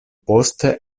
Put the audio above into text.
poste